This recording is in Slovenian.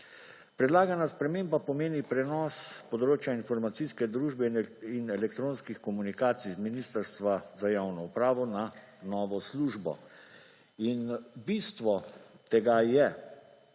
Predlagana sprememba pomeni prenos področja informacijske družbe in elektronskih komunikacij iz Ministrstva za javno upravo na novo službo. In bistvo tega je,